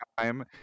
time